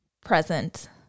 present